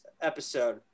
episode